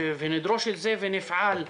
ונדרוש את זה ונפעל,